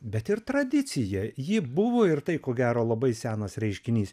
bet ir tradicija ji buvo ir tai ko gero labai senas reiškinys